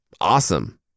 Awesome